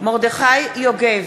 מרדכי יוגב,